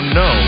no